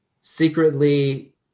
secretly